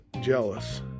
jealous